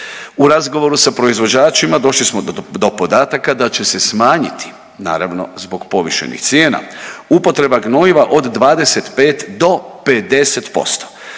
U razgovoru sa proizvođačima došli smo do podataka da će se smanjiti naravno zbog povišenih cijena upotreba gnojiva od 25 do 50%,